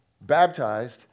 baptized